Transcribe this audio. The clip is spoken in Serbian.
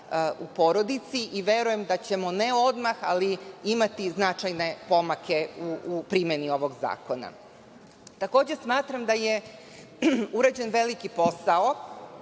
u porodici i verujem da ćemo ne odmah, ali imati značajne pomake u primeni ovog zakona. Takođe, smatram da je urađen veliki posao